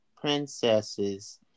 princesses